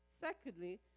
Secondly